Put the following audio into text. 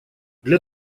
для